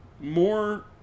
more